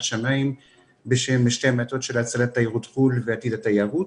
השמיים בשם שני המטות של הצלת תיירות חו"ל ועתיד התיירות.